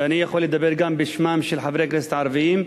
ואני יכול לדבר גם בשמם של חברי כנסת ערבים,